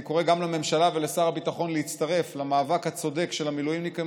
אני קורא גם לממשלה ולשר הביטחון להצטרף למאבק הצודק של המילואימניקים